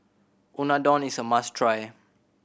unadon is a must try